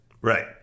Right